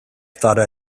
thought